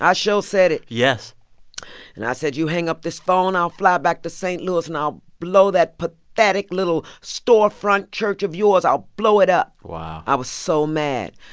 i sure said it yes and i said, you hang up this phone, i'll fly back to st. louis and i'll blow that but pathetic little storefront church of yours. i'll blow it up wow i was so mad.